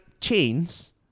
Chains